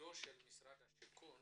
תפקידו של משרד השיכון